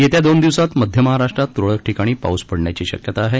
येत्या दोन दिवसांत मध्य महाराष्ट्रात त्रळक ठिकाणी पाऊस पडण्याची शक्यता आहे